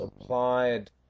applied